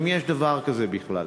אם יש דבר כזה בכלל?